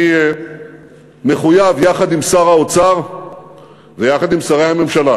אני מחויב יחד עם שר האוצר ויחד עם שרי הממשלה